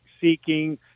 seeking